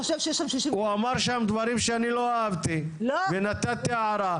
הוא אמר שם דברים שאני לא אהבתי ונתתי הערה,